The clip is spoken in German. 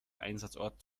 einsatzort